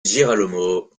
girolamo